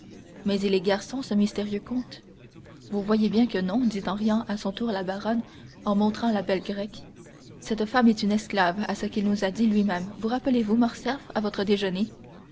mais il est garçon ce mystérieux comte vous voyez bien que non dit en riant à son tour la baronne en montrant la belle grecque cette femme est une esclave à ce qu'il nous a dit lui-même vous rappelez-vous morcerf à votre déjeuner